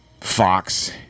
Fox